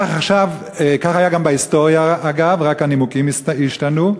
כך היה גם בהיסטוריה, אגב, רק הנימוקים השתנו.